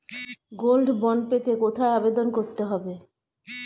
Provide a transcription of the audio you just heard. Gold bond পেতে কোথায় আবেদন করতে হবে?